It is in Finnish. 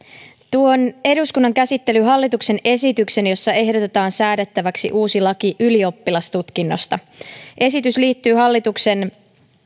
tuon eduskunnan käsittelyyn hallituksen esityksen jossa ehdotetaan säädettäväksi uusi laki ylioppilastutkinnosta esitys liittyy hallituksen